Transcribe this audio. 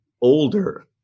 older